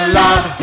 love